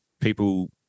people